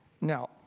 Now